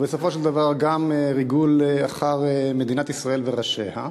ובסופו של דבר גם ריגול אחר מדינת ישראל וראשיה,